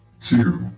two